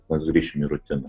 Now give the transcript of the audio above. mes grįšim į rutiną